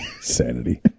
Sanity